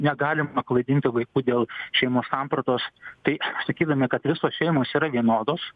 negalima klaidinti vaikų dėl šeimos sampratos tai sakydami kad visos šeimos yra vienodos